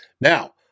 Now